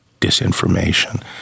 disinformation